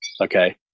Okay